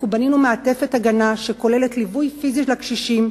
בנינו מעטפת הגנה, שכוללת ליווי פיזי לקשישים,